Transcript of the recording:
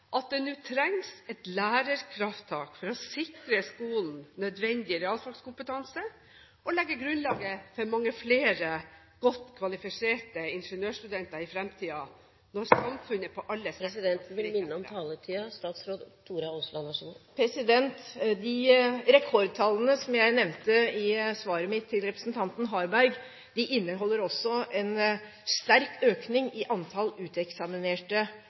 at det nå trengs et lærerkrafttak for å sikre skolen nødvendig realfagkompetanse og legge grunnlaget for mange flere godt kvalifiserte ingeniørstudenter i fremtiden, når samfunnet på alle sektorer …? Presidenten vil minne om taletiden. De rekordtallene som jeg nevnte i svaret mitt til representanten Harberg, inneholder også en sterk økning i antall uteksaminerte